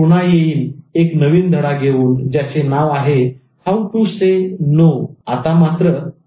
मी पुन्हा येईल एक नवीन धडा घेऊन ज्याचे नाव आहे 'How to Say No' how to say no